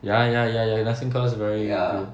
ya ya ya ya nursing course very good